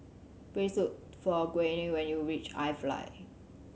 please look for Gwyneth when you reach iFly